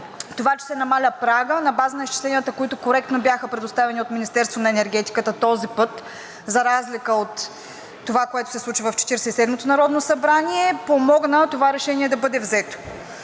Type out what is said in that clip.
Това, че се намалява прагът на база на изчисленията, които коректно бяха предоставени от Министерството на енергетиката този път, за разлика от това, което се случи в Четиридесет и седмото народно събрание, помогна това решение да бъде взето.